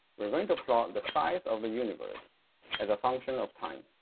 we're going to plot the size of the universe as a function of time.